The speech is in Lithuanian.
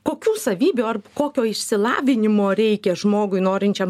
kokių savybių ar kokio išsilavinimo reikia žmogui norinčiam